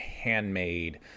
handmade